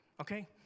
okay